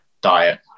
diet